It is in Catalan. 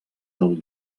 del